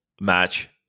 match